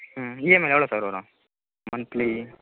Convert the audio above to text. ம் இஎம்ஐ எவ்வளோ சார் வரும் மந்த்லி